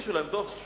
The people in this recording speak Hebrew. שיגישו להם דוח.